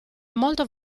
molto